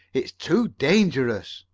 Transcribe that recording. it's too dangerous,